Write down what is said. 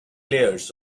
layers